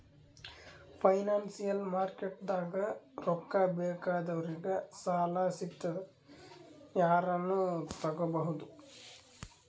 financial ಮಾರ್ಕೆಟ್ದಾಗ್ ರೊಕ್ಕಾ ಬೇಕಾದವ್ರಿಗ್ ಸಾಲ ಸಿಗ್ತದ್ ಯಾರನು ತಗೋಬಹುದ್